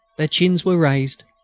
their chins were raised,